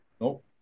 Nope